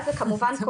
זה פשוט לא ייאמן.